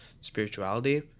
spirituality